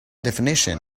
definition